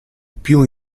più